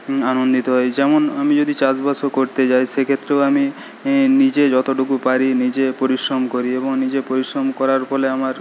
আনন্দিত হই যেমন আমি যদি চাষবাসও করতে যাই সেক্ষেত্রেও আমি নিজে যতটুকু পারি নিজে পরিশ্রম করি এবং নিজে পরিশ্রম করার ফলে আমার